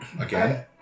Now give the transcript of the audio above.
Okay